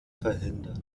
verhindert